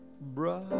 bright